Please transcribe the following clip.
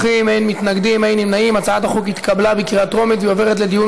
מינוי מומחה מטעם בית-המשפט בתביעת נזיקין בשל עבירת מין),